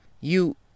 You